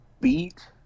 beat